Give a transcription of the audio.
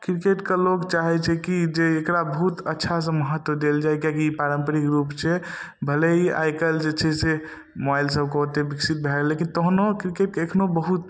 किरकेटके लोक चाहै छै कि जे एकरा बहुत अच्छासँ महत्व देल जाए किएकि ई पारम्परिक रूप छै भले ही आइकाल्हि जे छै से मोबाइलसबके एतेक सुविधा छै लेकिन तहनो किरकेट एखनहु बहुत